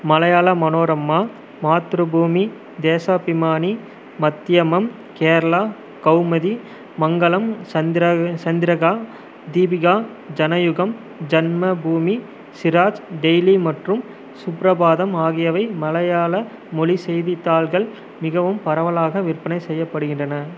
மலையாள மனோரமா மாத்ருபூமி தேசாபிமானி மத்யமம் கேரளா கௌமதி மங்களம் சந்திரா சந்திரிகா தீபிகா ஜனயுகம் ஜன்மபூமி சிராஜ் டெய்லி மற்றும் சுப்ரபாதம் ஆகியவை மலையாள மொழி செய்தித்தாள்கள் மிகவும் பரவலாக விற்பனை செய்யப்படுகின்றன